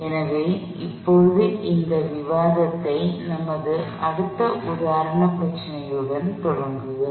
எனவே இப்போது இந்த விவாதத்தை நமது அடுத்த உதாரண பிரச்சனையுடன் தொடர்வோம்